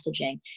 messaging